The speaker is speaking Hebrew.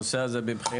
הנושא הזה בבחינה.